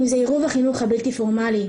אם זה עירוב החינוך הבלתי פורמלי,